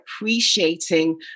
appreciating